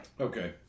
Okay